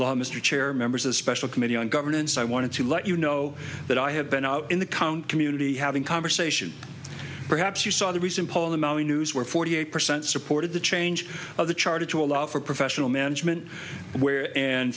better mr chair members a special committee on governance i wanted to let you know but i have been out in the count community having conversation perhaps you saw the recent poll in the maui news where forty eight percent supported the change of the charter to allow for professional management where and